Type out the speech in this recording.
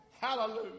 Hallelujah